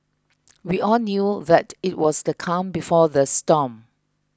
we all knew that it was the calm before the storm